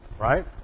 Right